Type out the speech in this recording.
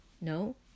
No